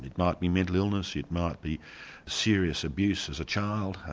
it might be mental illness, it might be serious abuse as a child,